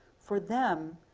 for them,